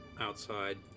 outside